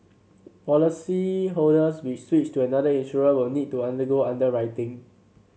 policyholders we switch to another insurer will need to undergo underwriting